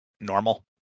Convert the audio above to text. normal